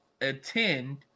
attend